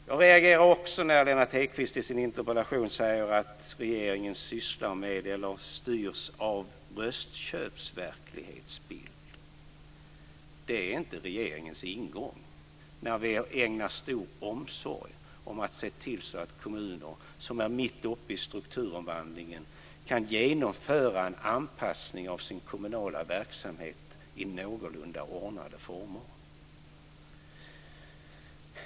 Jag reagerar också när Lennart Hedquist i sin interpellation säger att regeringen styrs av en röstköpsverklighetsbild. Det är inte regeringens ingång. Vi ägnar stor omsorg om att se till att kommuner som är mitt uppe i strukturomvandlingen kan genomföra en anpassning av sin kommunala verksamhet i någorlunda ordnade former.